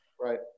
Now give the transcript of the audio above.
Right